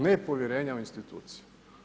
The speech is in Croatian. Nepovjerenja u institucije.